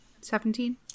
Seventeen